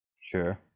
Sure